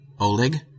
Oleg